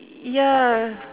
ya